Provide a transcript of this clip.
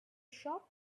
shop